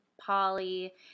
Polly